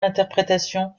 d’interprétation